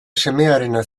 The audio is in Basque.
semearena